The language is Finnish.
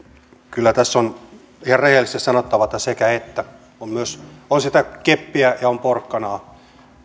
kyllä tässä on ihan rehellisesti sanottava että sekä että on sitä keppiä ja on porkkanaa